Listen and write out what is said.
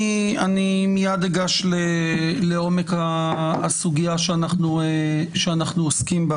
אני מיד אגש לעומק הסוגייה שאנחנו עוסקים בה